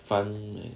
funny leh